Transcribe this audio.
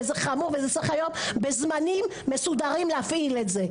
וזה חמור וצריך בזמנים מסודרים להפעיל את זה.